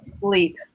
sleep